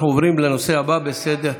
אני עליתי למעלה,